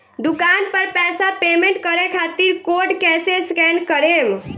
दूकान पर पैसा पेमेंट करे खातिर कोड कैसे स्कैन करेम?